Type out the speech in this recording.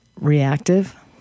reactive